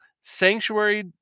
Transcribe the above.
sanctuary